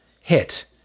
hit